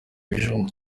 ibijumba